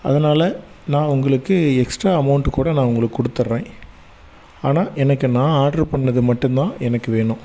அதனாலே நான் உங்களுக்கு எக்ஸ்ட்ரா அமௌண்ட்டு கூட நான் உங்களுக்கு கொடுத்துட்றேன் ஆனா எனக்கு நான் ஆட்ரு பண்ணிணது மட்டும் தான் எனக்கு வேணும்